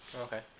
Okay